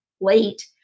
late